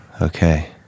Okay